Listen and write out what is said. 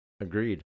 Agreed